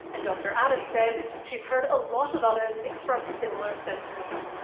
and dr adams says she's heard a lot of others express similar sentiments.